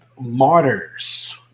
martyrs